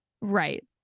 Right